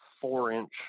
four-inch